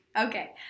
Okay